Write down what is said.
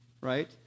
Right